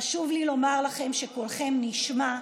חשוב לי לומר לכם שקולכם נשמע.